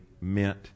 meant